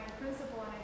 principal